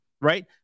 right